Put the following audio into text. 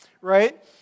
right